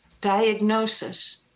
diagnosis